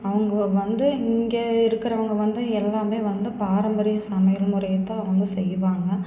அவங்க வந்து இங்கே இருக்கிறவங்க வந்து எல்லாமே வந்து பாரம்பரிய சமையல் முறையைத் தான் வந்து செய்வாங்க